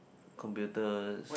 computers